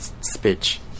speech